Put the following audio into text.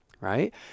right